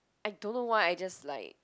I don't know why I just like